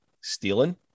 stealing